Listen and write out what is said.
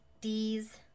d's